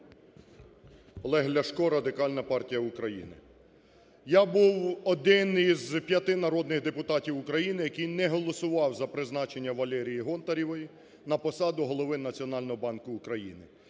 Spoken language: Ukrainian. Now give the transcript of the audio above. Олег Ляшко, Радикальна партія України. Я був один з п'яти народних депутатів України, який не голосував за призначення Валерії Гонтаревої на посаду голови Національного банку України.